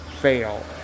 fail